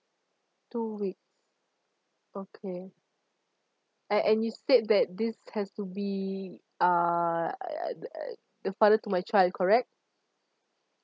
two week okay uh and you said that this has to be uh the father to my child correct